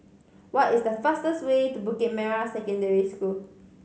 what is the fastest way to Bukit Merah Secondary School